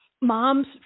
Moms